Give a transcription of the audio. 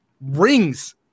rings